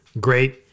great